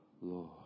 Lord